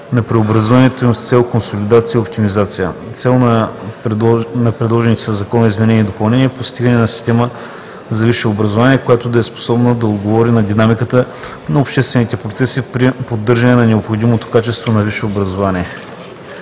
на преобразуването им с цел консолидация и оптимизация. Целта на предложените със Законопроекта изменения и допълнения е постигане на система за висше образование, която да е способна да отговори на динамиката на обществените процеси при поддържане на необходимото качество на висше образование,